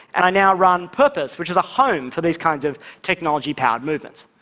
and i now run purpose, which is a home for these kinds of technology-powered movements.